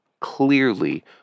clearly